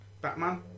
Batman